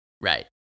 Right